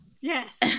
Yes